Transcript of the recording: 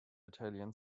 italian